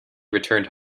returned